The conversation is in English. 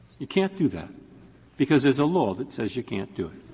you can't do that because there's a law that says you can't do it.